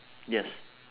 yes